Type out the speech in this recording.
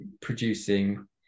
producing